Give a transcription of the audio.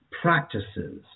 practices